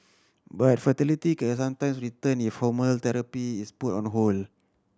but fertility can sometimes return if therapy is put on hold